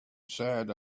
sad